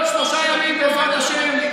אנחנו בעוד שלושה ימים, בעזרת השם,